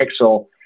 pixel